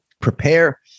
Prepare